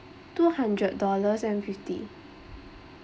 two hundred dollars and fifty